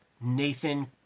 Nathan